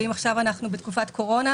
אם עכשיו אנחנו בתקופת קורונה,